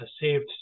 saved